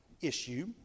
issue